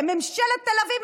ממשלת תל אביב,